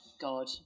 God